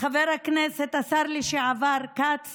חבר הכנסת השר לשעבר כץ